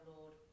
Lord